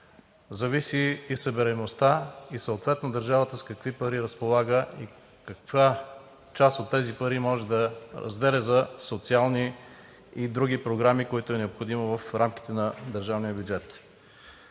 зависи събираемостта, съответно държавата с какви пари разполага и каква част от тези пари може да разделя за социални и други програми, които е необходимо в рамките на държавния бюджет.